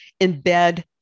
embed